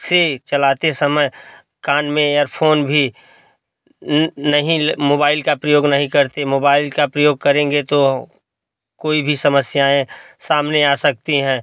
से चलाते समय कान में एयरफ़ोन भी नहीं मोबाइल का प्रयोग नहीं करते मोबाइल का प्रयोग करेंगे तो कोई भी समस्याएँ सामने आ सकती हैं